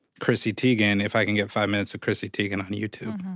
chrissy teigen if i can get five minutes of chrissy teigen on youtube?